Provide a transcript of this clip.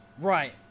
Right